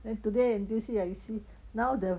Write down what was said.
then today N_T_U_C I see now the